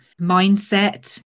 mindset